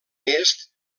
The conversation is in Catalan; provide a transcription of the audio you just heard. est